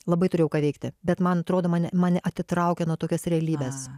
labai turėjau ką veikti bet man atrodo mane mane atitraukia nuo tokios realybės